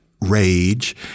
rage